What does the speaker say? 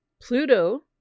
Pluto